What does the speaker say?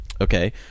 Okay